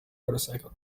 motorcycle